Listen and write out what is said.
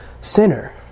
sinner